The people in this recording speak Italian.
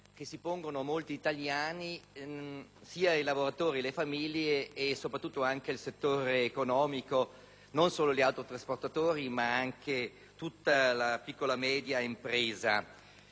che si pongono molti italiani, sia lavoratori e famiglie, sia (soprattutto) il settore economico. Quindi, non solo gli autotrasportatori, ma anche tutta la piccola e media impresa.